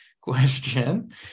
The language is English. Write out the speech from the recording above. question